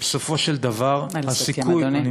שבסופו של דבר, הסיכוי, נא לסכם, אדוני.